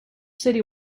city